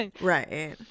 Right